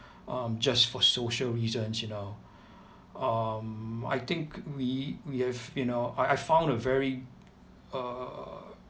um just for social reasons you know um I think we we have you know I I found a very err